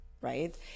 right